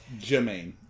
Jermaine